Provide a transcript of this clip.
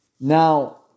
Now